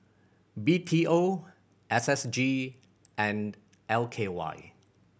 B T O S S G and L K Y